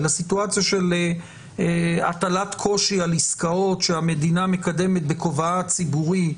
אלא סיטואציה של הטלת קושי על עסקאות שהמדינה מקדמת בכובעה הציבורי,